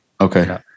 Okay